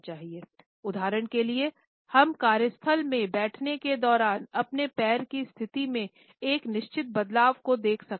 उदाहरण के लिए हम कार्यस्थल में बैठने के दौरान अपने पैर की स्थिति में एक निश्चित बदलाव को देख सकते हैं